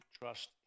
trust